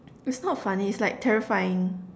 it's not funny it's like terrifying